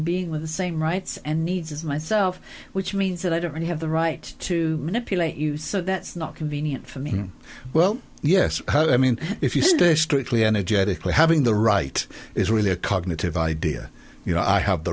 being with the same rights and needs as myself which means that i don't have the right to manipulate you so that's not convenient for me well yes i mean if you stay strictly energetically having the right is really a cognitive idea you know i have the